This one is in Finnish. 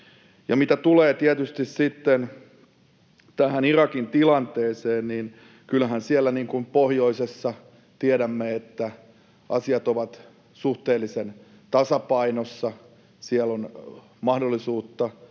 Ja mitä tulee tietysti sitten tähän Irakin tilanteeseen, niin kyllähän siellä, niin kuin pohjoisessa tiedämme, asiat ovat suhteellisen tasapainossa. Siellä on mahdollisuutta, ja